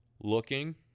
looking